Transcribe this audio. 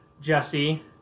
Jesse